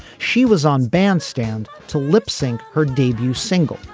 she was on bandstand to lip sync her debut single.